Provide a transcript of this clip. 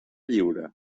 lliure